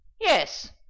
Yes